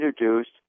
introduced